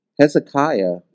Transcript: Hezekiah